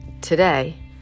today